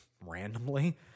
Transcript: randomly